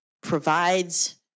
provides